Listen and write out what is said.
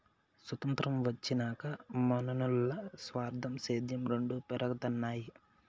సొతంత్రం వచ్చినాక మనునుల్ల స్వార్థం, సేద్యం రెండు పెరగతన్నాయి